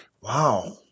Wow